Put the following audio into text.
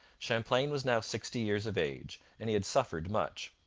champlain was now sixty years of age, and he had suffered much.